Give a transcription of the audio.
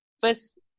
first